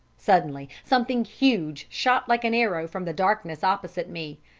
suddenly something huge shot like an arrow from the darkness opposite me.